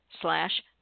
slash